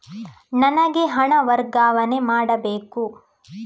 ನನಗೆ ಹಣ ವರ್ಗಾವಣೆ ಮಾಡಬೇಕು